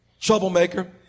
Troublemaker